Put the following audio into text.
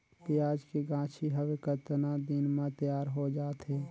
पियाज के गाछी हवे कतना दिन म तैयार हों जा थे?